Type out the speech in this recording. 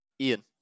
Ian